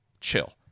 chill